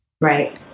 right